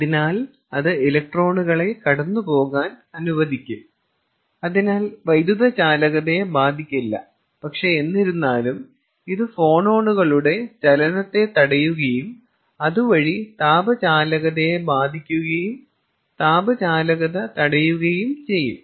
അതിനാൽ അത് ഇലക്ട്രോണുകളെ കടന്നുപോകാൻ അനുവദിക്കും അതിനാൽ വൈദ്യുതചാലകതയെ ബാധിക്കില്ല പക്ഷേ എന്നിരുന്നാലും ഇത് ഫോണോണുകളുടെ ചലനത്തെ തടയുകയും അതുവഴി താപ ചാലകതയെ ബാധിക്കുകയും താപ ചാലകത തടയുകയും ചെയ്യും